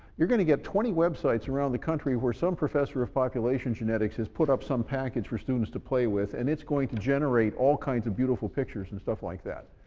you're going to get twenty websites around the country where some professor of population genetics has put up some package for students to play with and it's going to generate all kinds of beautiful pictures and stuff like that.